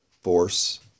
force